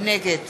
נגד